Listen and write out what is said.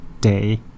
Day